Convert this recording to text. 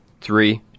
Three